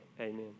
amen